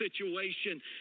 situation